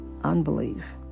unbelief